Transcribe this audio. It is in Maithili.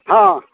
हँ